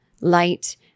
light